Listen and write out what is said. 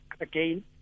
again